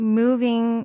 moving